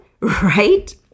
right